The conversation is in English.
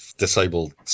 disabled